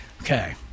Okay